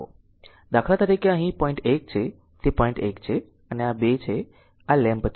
દાખ્લા તરીકે અહીં તે પોઈન્ટ 1 છે તે 1 છે અને 2 છે આ લેમ્પ છે